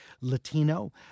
Latino